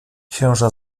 księża